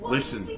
Listen